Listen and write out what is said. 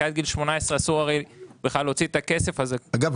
כי אסור להוציא את הכסף הזה עד גיל 18. אגב,